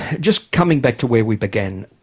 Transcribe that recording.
just coming back to where we began.